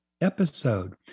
episode